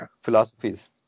philosophies